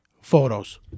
photos